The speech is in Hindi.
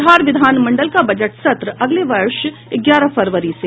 बिहार विधानमंडल का बजट सत्र अगले वर्ष ग्यारह फरवरी से